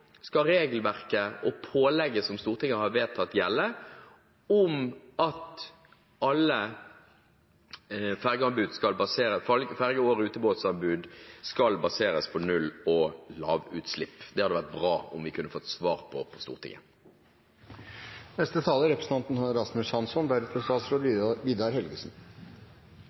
skal regelverket og pålegget som Stortinget har vedtatt om at alle ferge- og rutebåtanbud skal baseres på null- og lavutslipp, gjelde? Det hadde det vært bra om vi på Stortinget kunne fått svar på.